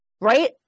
right